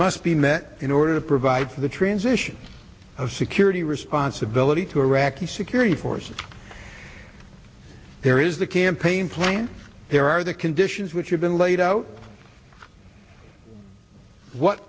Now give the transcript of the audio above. must be met in order to provide for the transition of security responsibility to iraqi security forces there is a campaign plan there are the conditions which have been laid out what